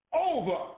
over